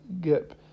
Get